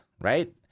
right